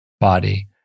body